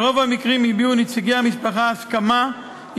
ברוב המקרים הביעו נציגי המשפחה הסכמה עם